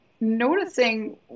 noticing